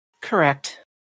Correct